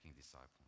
disciples